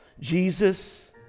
Jesus